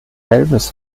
elvis